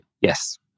yes